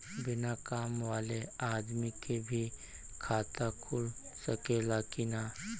बिना काम वाले आदमी के भी खाता खुल सकेला की ना?